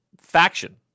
faction